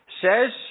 says